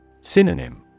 Synonym